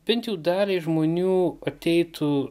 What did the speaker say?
bent jau daliai žmonių ateitų